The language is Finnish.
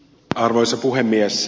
arvoisa puhemies